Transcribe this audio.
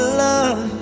love